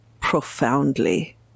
profoundly